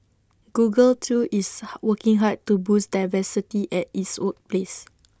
Google too is working hard to boost diversity at its workplace